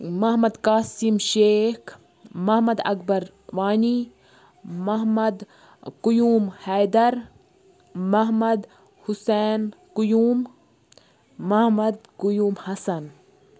Mohammad Qasim Sheikh Mohammad Akbar Wani Mohammad Qayoom Haider Mohammad Hussain Qayoom Mohammad Qayoom Hassan